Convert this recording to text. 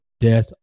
death